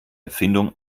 erfindung